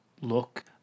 look